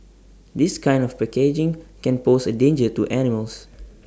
this kind of packaging can pose A danger to animals